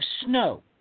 snow